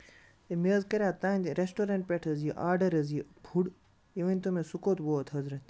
مےٚ حظ کَریو تُہندۍ ریسٹورینٹ پٮ۪ٹھ حظ یہِ آرڈر حظ یہِ فُڈ یہِ ؤنۍ تو مےٚ سُہ کوٚت ووت حضرت